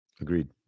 Agreed